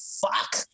fuck